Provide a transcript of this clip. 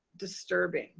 disturbing.